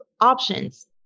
options